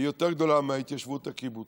היא יותר גדולה מההתיישבות הקיבוצית,